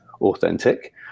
authentic